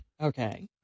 Okay